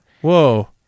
Whoa